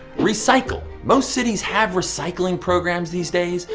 recycle! most cities have recycling programs these days,